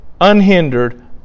unhindered